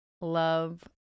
love